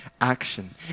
action